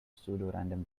pseudorandom